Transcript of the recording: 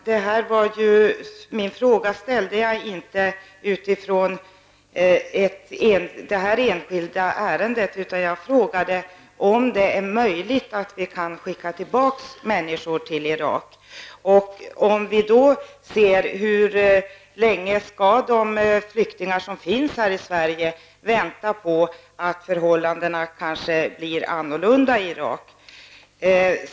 Herr talman! Min fråga ställdes inte utifrån det här enskilda ärendet, utan jag frågade om det är möjligt att människor skickas tillbaka till Irak. Hur länge skall de flyktingar som finns här i Sverige egentligen vänta på att förhållandena kanske blir annorlunda i Irak?